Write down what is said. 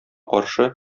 каршы